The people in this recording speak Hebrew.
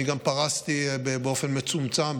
אני גם פרסתי באופן מצומצם,